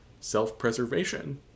self-preservation